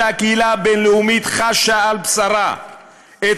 כשהקהילה הבין-לאומית חשה על בשרה את